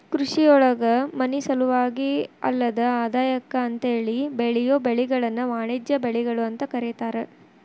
ಕೃಷಿಯೊಳಗ ಮನಿಸಲುವಾಗಿ ಅಲ್ಲದ ಆದಾಯಕ್ಕ ಅಂತೇಳಿ ಬೆಳಿಯೋ ಬೆಳಿಗಳನ್ನ ವಾಣಿಜ್ಯ ಬೆಳಿಗಳು ಅಂತ ಕರೇತಾರ